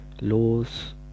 Laws